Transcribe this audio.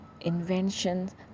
inventions